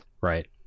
Right